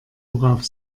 worauf